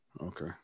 Okay